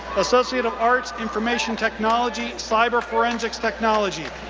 associate of arts, information technology, cyber forensics technology,